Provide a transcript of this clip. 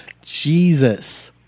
Jesus